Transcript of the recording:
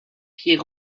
pied